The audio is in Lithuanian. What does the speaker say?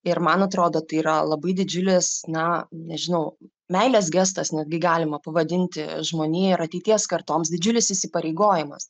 ir man atrodo tai yra labai didžiulis na nežinau meilės gestas netgi galima pavadinti žmoniją ir ateities kartoms didžiulis įsipareigojimas